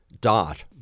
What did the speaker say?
Dot